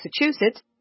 Massachusetts